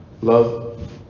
Love